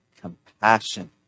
compassion